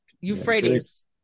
Euphrates